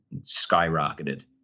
skyrocketed